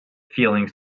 feelings